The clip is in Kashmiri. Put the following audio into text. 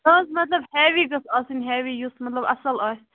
نہَ حظ مَطلَب ہیٚوِی گٔژھ آسٕنۍ ہیٚوِی یُس مَطلَب اَصٕل آسہِ